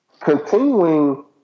continuing